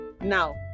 now